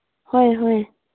ꯍꯣꯏ ꯍꯣꯏ